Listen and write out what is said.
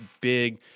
big